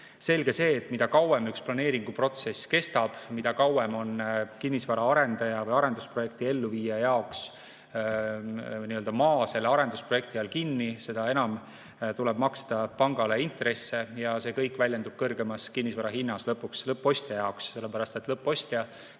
Selge see, et mida kauem üks planeeringuprotsess kestab, mida kauem on kinnisvaraarendaja või arendusprojekti elluviija jaoks maa selle arendusprojekti all kinni, seda enam tuleb maksta pangale intresse ja see kõik väljendub kõrgemas kinnisvarahinnas lõpuks lõppostja jaoks. Sellepärast et lõppostja,